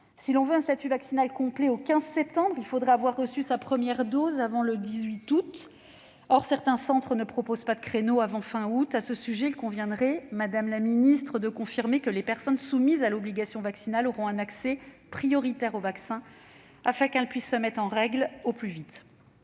Si l'on veut un statut vaccinal complet au 15 septembre prochain, il faudrait avoir reçu sa première dose avant le 18 août. Or certains centres ne proposent pas de créneaux avant la fin du mois d'août. À ce sujet, madame la ministre, il conviendrait de confirmer que les personnes soumises à l'obligation vaccinale auront un accès prioritaire au vaccin, afin de pouvoir se mettre en règle au plus vite.